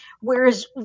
whereas